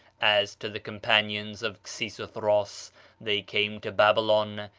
as to the companions of xisuthros, they came to babylon,